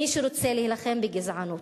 מי שרוצה להילחם בגזענות,